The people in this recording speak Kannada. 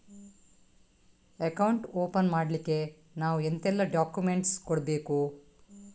ಅಕೌಂಟ್ ಓಪನ್ ಮಾಡ್ಲಿಕ್ಕೆ ನಾವು ಎಂತೆಲ್ಲ ಡಾಕ್ಯುಮೆಂಟ್ಸ್ ಕೊಡ್ಬೇಕು?